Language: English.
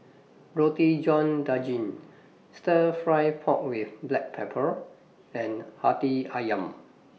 Roti John Daging Stir Fry Pork with Black Pepper and Hati Ayam